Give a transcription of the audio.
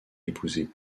épousée